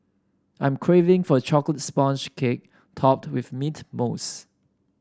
I'm craving for chocolate sponge cake topped with mint mousse